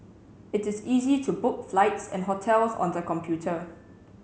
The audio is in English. it is easy to book flights and hotels on the computer